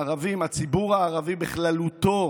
הערבים, הציבור הערבי בכללותו